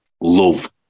love